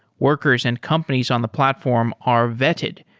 workers and companies on the platform are vetted,